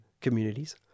communities